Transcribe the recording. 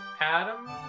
Adam